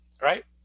Right